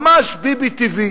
ממש ביבי טבעי.